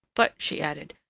but, she added,